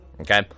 Okay